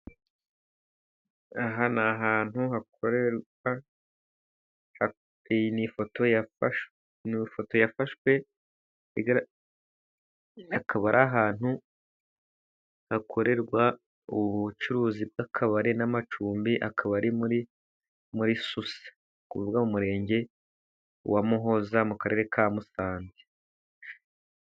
Aha ni ahantu hakorerwa, iyi ni ifoto yafa, ni ifoto yafashwe akaba ari ahantu hakorerwa ubucuruzi bw'akabari n'amacumbi akaba ari muri Susa ni ukuvuga mu murenge wa Muhoza mu karere ka Musanze